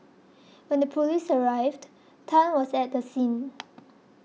when the police arrived Tan was at the scene